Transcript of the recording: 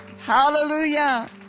Hallelujah